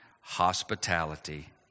hospitality